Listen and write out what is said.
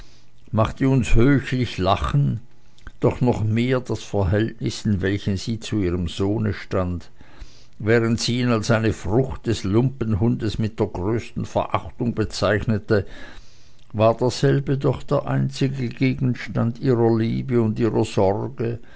machte uns höchlich lachen doch noch mehr das verhältnis in welchem sie zu ihrem sohne stand während sie ihn als eine frucht des lumpenhundes mit der größten verachtung bezeichnete war derselbe doch der einzige gegenstand ihrer liebe und ihrer sorge